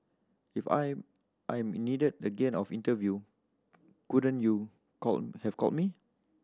if I am needed again of interview couldn't you call have called me